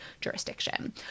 jurisdiction